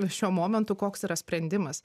šiuo momentu koks yra sprendimas